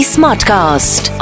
Smartcast